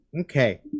Okay